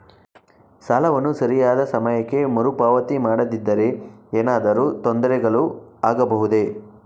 ಸಾಲವನ್ನು ಸರಿಯಾದ ಸಮಯಕ್ಕೆ ಮರುಪಾವತಿ ಮಾಡದಿದ್ದರೆ ಏನಾದರೂ ತೊಂದರೆಗಳು ಆಗಬಹುದೇ?